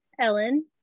Ellen